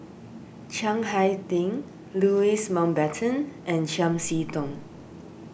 Chiang Hai Ding Louis Mountbatten and Chiam See Tong